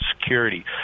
security